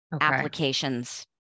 applications